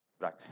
Right